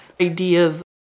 ideas